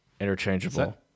interchangeable